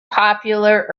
popular